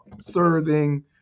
serving